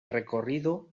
recorrido